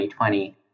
2020